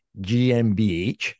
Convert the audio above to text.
gmbh